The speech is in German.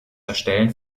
erstellen